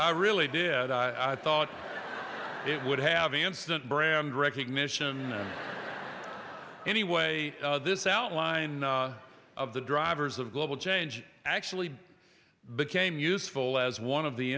i really did i thought it would have instant brand recognition anyway this outline of the drivers of global change actually became useful as one of the